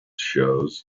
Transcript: shows